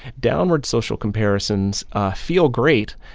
downward social comparisons feel great,